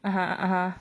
(uh huh) (uh huh)